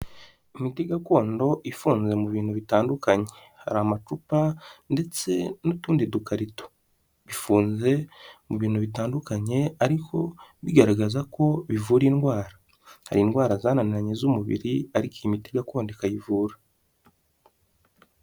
Imiti gakondo ifunzwe mu bintu bitandukanye hari amacupa ndetse n'utundi dukarito, bifunze mu bintu bitandukanye ariko bigaragaza ko bivura indwara, hari indwara zananiranye z'umubiri ariko iyi imiti gakondo ikayivura.